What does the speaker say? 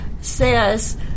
says